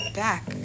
back